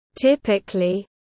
Typically